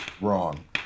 wrong